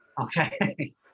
Okay